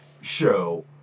show